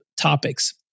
topics